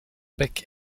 bec